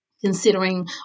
considering